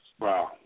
Wow